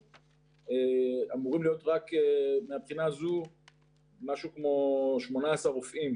אמורים להיות רק מהבחינה הזו משהו כמו 18 רופאים